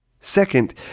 Second